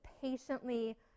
patiently